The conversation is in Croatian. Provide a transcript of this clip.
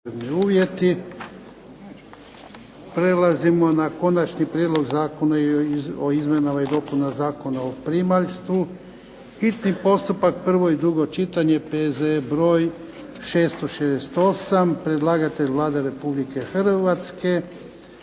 (HDZ)** Prelazimo na - Konačni prijedlog Zakona o izmjenama i dopunama Zakona o primaljstvu, hitni postupak, prvo i drugo čitanje, P.Z.E. broj 668 Predlagatelj Vlada Republike Hrvatske.